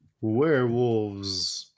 Werewolves